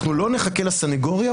אנחנו לא נחכה לסנגוריה,